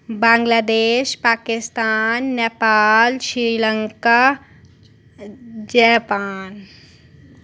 Bangladesh Pakistan Nepal Sri Lanka Japan